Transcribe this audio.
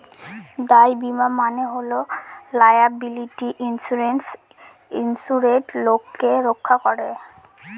দায় বীমা মানে হল লায়াবিলিটি ইন্সুরেন্সে ইন্সুরেড লোককে রক্ষা করা